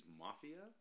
mafia